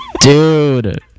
Dude